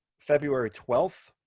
february twelfth,